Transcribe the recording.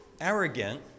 arrogant